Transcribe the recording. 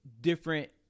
different